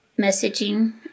messaging